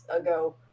ago